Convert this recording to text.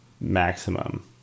maximum